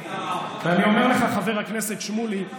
אני אומר לך, חבר הכנסת שמולי,